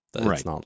Right